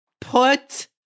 put